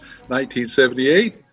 1978